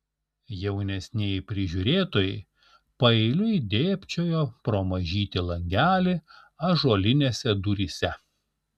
jaunesnieji prižiūrėtojai paeiliui dėbčiojo pro mažytį langelį ąžuolinėse duryse